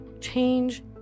Change